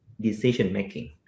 decision-making